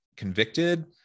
convicted